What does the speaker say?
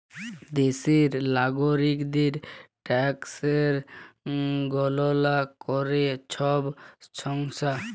দ্যাশের লাগরিকদের ট্যাকসের গললা ক্যরে ছব সংস্থা